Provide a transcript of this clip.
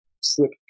slip